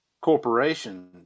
corporation